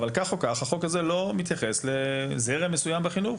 אבל כך או כך החוק הזה לא מתייחס לזרם מסוים בחינוך.